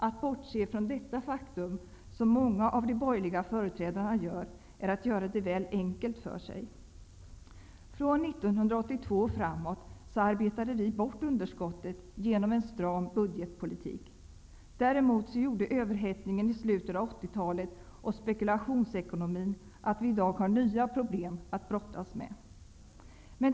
Att bortse från detta faktum, som många av de borgerliga företrädarna gör, är att göra det väl enkelt för sig. Från 1982 och framåt arbetade vi bort underskottet genom en stram budgetpolitik. Däremot gjorde överhettningen i slutet av 80-talet och spekulationsekonomin att vi i dag har nya problem att brottas med.